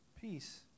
peace